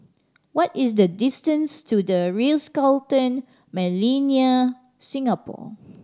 what is the distance to The Ritz Carlton Millenia Singapore